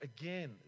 Again